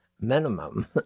minimum